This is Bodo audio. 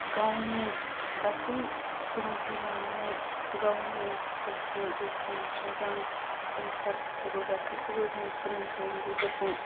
गावनि गासै सुबुंखौ लानानै गावनि गोसो गोग्गोम मोजां कालचारफोरखौबो गासैखौबो जों सोलोंथाइनि गेजेरजों